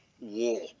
wall